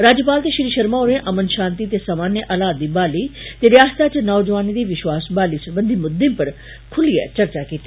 राज्यपाल ते श्री शर्मा होरें अमनशांति ते सामान्य हालात दी बहाली ते रियासता इच नौजुआनें दी विश्वास बहाली सरबंधित मुद्दे पर खुलियै चर्चा कीती